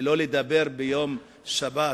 ולא לדבר ביום שבת,